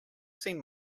seen